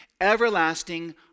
everlasting